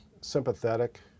sympathetic